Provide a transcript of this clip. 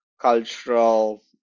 cultural